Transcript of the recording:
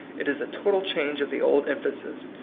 it is a total change of the old emphasis.